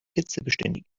hitzebeständig